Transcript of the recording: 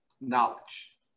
knowledge